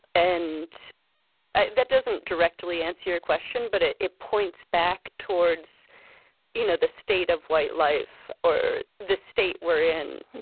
and ah that doesn't directly answer your question, but it it points back towards you know the state of white life, or the state we're in